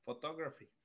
Photography